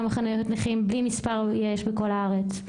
כמה חניות נכים בלי מספר יש בכל הארץ.